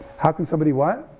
how can somebody what?